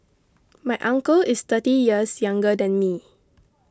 my uncle is thirty years younger than me